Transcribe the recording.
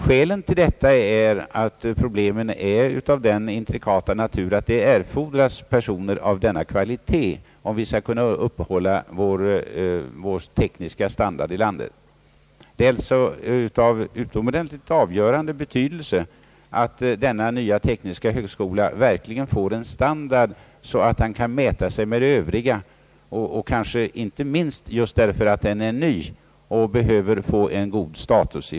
Skälen härtill är att problemen är av den intrikata naturen att det erfordras personer av denna kvalitet, om vår tekniska standard skall kunna upprätthållas. Det är därför av avgörande betydelse att den nya tekniska högskolan i Linköping verkligen får en sådan standard att den kan mäta sig med övriga läroanstalter, inte minst därför att den är ny och från början behöver en god status.